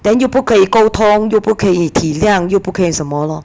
then 又不可以沟通又不可以体谅又不可以什么 lor